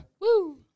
Woo